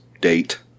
date